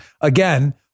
Again